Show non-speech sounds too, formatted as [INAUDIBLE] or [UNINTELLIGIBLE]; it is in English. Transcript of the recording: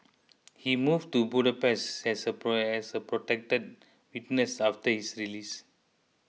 he moved to Budapest as a [UNINTELLIGIBLE] as the protected witness after his release